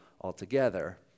altogether